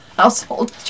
household